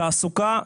תעסוקה,